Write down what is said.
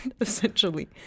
essentially